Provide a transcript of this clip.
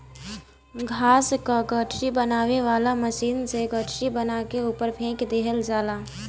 घास क गठरी बनावे वाला मशीन से गठरी बना के ऊपर फेंक देहल जाला